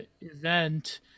event